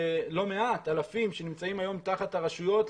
לא מעט, אלפים שנמצאים היום תחת הרשויות.